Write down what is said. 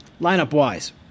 Lineup-wise